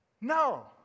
No